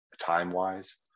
time-wise